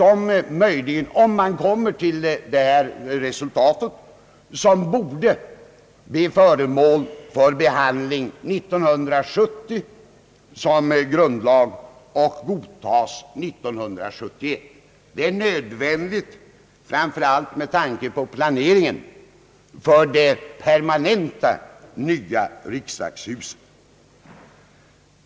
Om man kommer till det här resultatet borde ett förslag till grunlagsändring möjligen behandlas 1970 och slutgiltigt antas 1971; detta är nödvändigt framför allt med tanke på planeringen av det permanenta nya riksdagshuset.